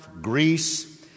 Greece